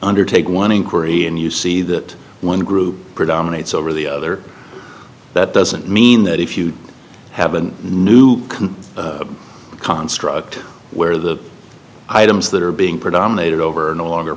undertake one inquiry and you see that one group predominates over the other that doesn't mean that if you have a new can construct where the items that are being predominate over in a longer